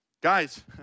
Guys